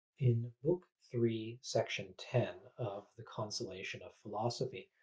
in book three section ten of the consolation of philosophy,